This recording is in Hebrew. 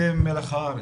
אתם מלח הארץ.